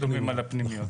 זה ללא תשלומי פנימיות.